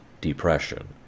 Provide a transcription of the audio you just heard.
depression